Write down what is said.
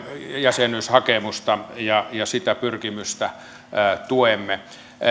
jäsenyyshakemusta ja sitä pyrkimystä tuemme